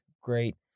great